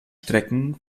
strecken